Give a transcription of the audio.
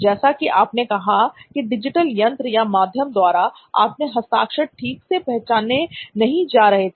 जैसा कि आपने कहा कि डिजिटल यंत्र या माध्यम द्वारा आपके हस्ताक्षर ठीक से पहचाने नहीं जा रहे थे